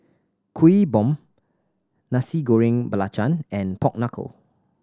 Kuih Bom Nasi Goreng Belacan and pork knuckle